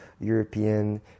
European